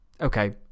Okay